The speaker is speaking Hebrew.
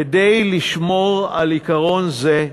כדי לשמור על עיקרון זה,